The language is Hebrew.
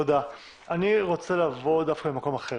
אני רוצה לבוא דווקא ממקום אחר,